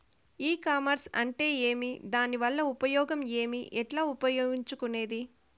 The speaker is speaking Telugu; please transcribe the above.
ఈ కామర్స్ అంటే ఏమి దానివల్ల ఉపయోగం ఏమి, ఎట్లా ఉపయోగించుకునేది?